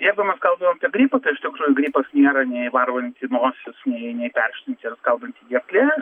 jeigu mes kalbam apie gripą tai iš tikrųjų gripas nėra nei varvanti nosis nei nei perštinti ar skaudanti gerklė